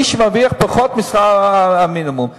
מי שמרוויח פחות משכר המינימום,